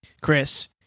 Chris